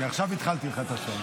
אני מפעיל לך עכשיו את השעון.